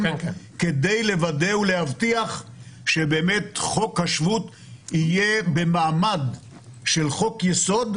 כדי לוודא ולהבטיח שבאמת חוק השבות יהיה במעמד של חוק-יסוד,